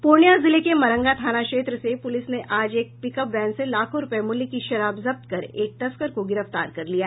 पूर्णिया जिले के मरंगा थाना क्षेत्र से पूलिस ने आज एक पिकअप वैन से लाखों रुपये मूल्य की शराब जब्त कर एक तस्कर को गिरफ्तार कर लिया